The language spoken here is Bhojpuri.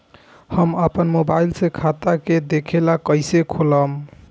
हम आपन मोबाइल से खाता के देखेला कइसे खोलम?